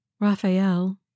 Raphael